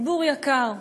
ציבור יקר,